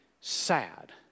sad